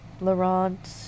Laurent